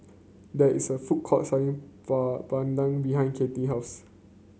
there is a food court selling Papadum behind Kathy house